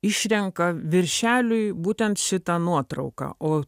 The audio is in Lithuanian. išrenka viršeliui būtent šitą nuotrauką o